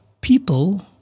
people